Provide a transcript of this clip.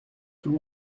tout